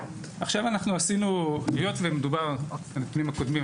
היות ומדובר בנתונים הקודמים,